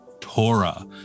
Torah